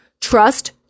Trust